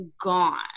gone